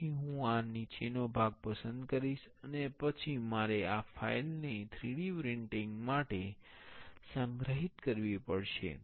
તેથી હું આ નીચેનો ભાગ પસંદ કરીશ અને પછી મારે આ ફાઇલ ને 3D પ્રિન્ટિંગ માટે સંગ્રહિત કરવી પડશે